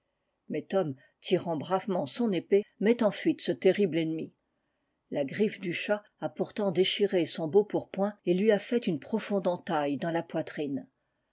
mais tom tirant bravement son épée met en fuite ce terrible ennemi la griffe du chat a pourtant déchiré son beau pourpoint et lui a fait une profonde entaille dans la poitrine